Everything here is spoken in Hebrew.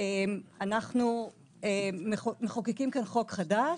אנחנו מחוקקים כאן חוק חדש.